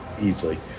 easily